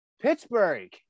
Pittsburgh